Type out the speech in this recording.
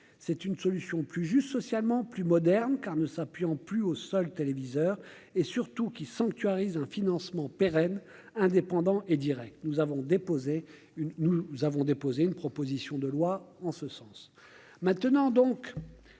c'est une solution plus juste socialement plus moderne car ne s'appuie en plus au seul téléviseur et surtout qu'ils sanctuarisent un financement pérenne indépendant et Direct, nous avons déposé une nous avons déposé une